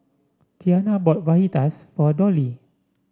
Tianna bought Fajitas for Dolly